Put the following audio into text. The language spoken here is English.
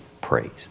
praised